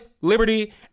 liberty